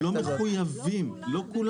אבל הם לא מחויבים, לא כולם.